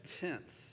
tense